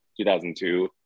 2002